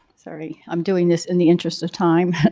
sorry. i'm doing this in the interest of time.